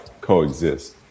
coexist